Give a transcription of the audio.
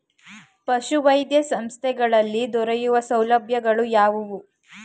ಪಶುವೈದ್ಯ ಸಂಸ್ಥೆಗಳಲ್ಲಿ ದೊರೆಯುವ ಸೌಲಭ್ಯಗಳು ಯಾವುವು?